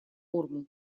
формул